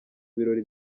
birori